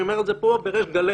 אני אומר את זה כאן בריש גלה.